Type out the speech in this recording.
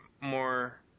more